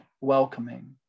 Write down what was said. welcoming